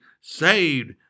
saved